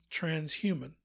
Transhuman